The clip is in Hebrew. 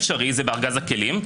זה בארגז הכלים.